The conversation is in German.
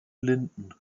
linden